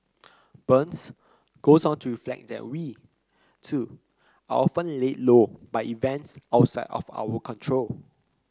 burns goes on to reflect that we too are often laid low by events outside of our control